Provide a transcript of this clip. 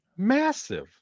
massive